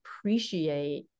appreciate